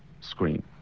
screen